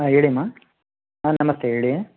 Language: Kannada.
ಹಾಂ ಹೇಳಿ ಅಮ್ಮ ಹಾಂ ನಮಸ್ತೆ ಹೇಳಿ